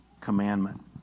commandment